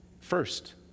first